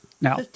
now